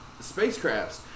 spacecrafts